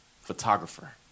photographer